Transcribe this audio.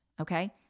okay